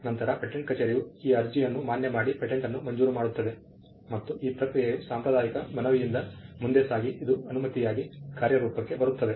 ನಂತರ ಪೇಟೆಂಟ್ ಕಚೇರಿಯು ಈ ಅರ್ಜಿಯನ್ನು ಮಾನ್ಯ ಮಾಡಿ ಪೇಟೆಂಟನ್ನು ಮಂಜೂರು ಮಾಡುತ್ತದೆ ಮತ್ತು ಈ ಪ್ರಕ್ರಿಯೆಯು ಸಾಂಪ್ರದಾಯಕ ಮನವಿಯಿಂದ ಮುಂದೆ ಸಾಗಿ ಇದು ಅನುಮತಿಯಾಗಿ ಕಾರ್ಯರೂಪಕ್ಕೆ ಬರುತ್ತದೆ